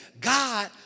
God